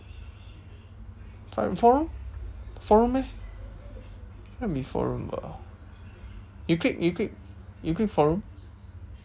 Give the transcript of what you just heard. five room four room four room eh cannot be four room bah you click you click you click four room